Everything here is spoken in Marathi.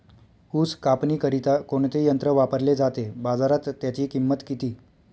ऊस कापणीकरिता कोणते यंत्र वापरले जाते? बाजारात त्याची किंमत किती?